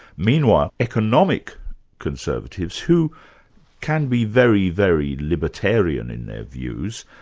meanwhile, economic conservatives, who can be very, very libertarian in their views,